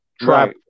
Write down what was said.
trap